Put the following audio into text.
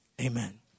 Amen